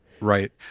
Right